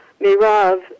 Mirav